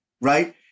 right